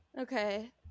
Okay